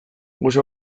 gauza